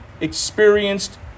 experienced